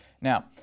Now